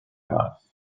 mas